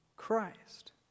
Christ